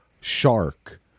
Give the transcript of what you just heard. shark